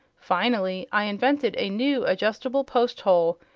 finally i invented a new adjustable post-hole,